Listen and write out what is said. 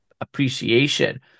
appreciation